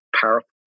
powerful